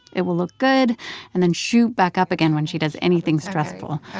it will look good and then shoot back up again when she does anything stressful,